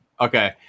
okay